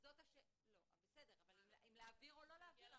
אבל האם להעביר או לא להעביר,